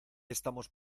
estamos